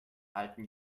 alten